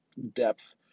depth